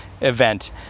event